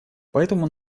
поэтому